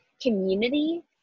community